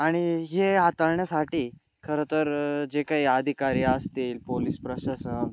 आणि हे हाताळण्यासाठी खरं तर जे काही अधिकारी असतील पोलीस प्रशासन